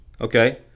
Okay